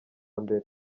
mbere